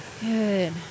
Good